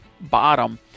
bottom